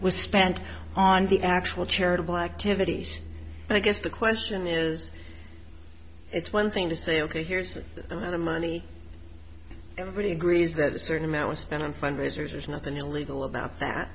was spent on the actual charitable activities and i guess the question is it's one thing to say ok here's the money everybody agrees that certain amount was spent on fundraisers there's nothing illegal about that